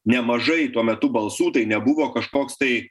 nemažai tuo metu balsų tai nebuvo kažkoks tai